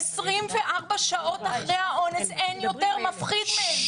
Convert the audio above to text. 24 שעות אחרי האונס אין יותר מפחיד מהם.